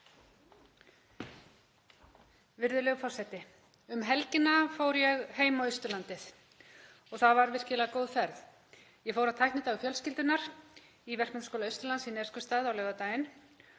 Virðulegur forseti. Um helgina fór ég heim á Austurlandið. Það var virkilega góð ferð. Ég fór á Tæknidag fjölskyldunnar í Verkmenntaskóla Austurlands í Neskaupstað á laugardaginn.